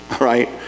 right